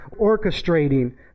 orchestrating